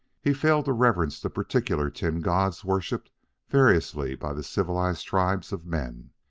he failed to reverence the particular tin gods worshipped variously by the civilized tribes of men.